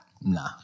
Nah